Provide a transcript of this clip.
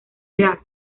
edad